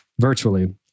virtually